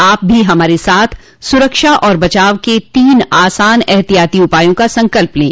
आप भी हमारे साथ सुरक्षा और बचाव के तीन आसान एहतियाती उपायों का संकल्प लें